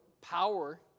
power